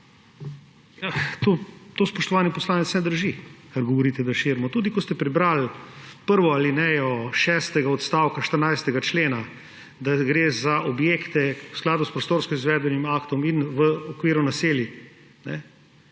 To, spoštovani poslanec, vse drži, kar govorite, da širimo. Tudi, ko ste prebrali prvo alinejo šestega odstavka 14. člena, da gre za objekte v skladu s prostorsko-izvedbenim aktom v okviru naselij,